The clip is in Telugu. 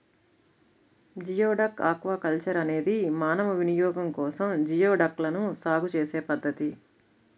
జియోడక్ ఆక్వాకల్చర్ అనేది మానవ వినియోగం కోసం జియోడక్లను సాగు చేసే పద్ధతి